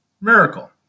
miracle